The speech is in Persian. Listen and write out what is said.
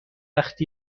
وقت